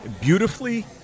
beautifully